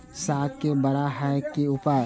साग के बड़ा है के उपाय?